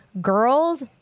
girl's